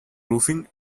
roofing